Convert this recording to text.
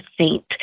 saint